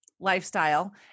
lifestyle